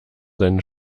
seine